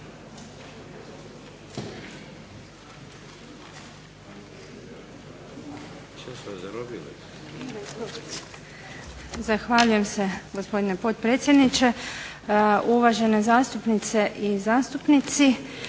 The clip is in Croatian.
Zahvaljujem se gospodine potpredsjedniče. Uvažene zastupnice i zastupnici